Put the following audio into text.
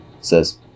says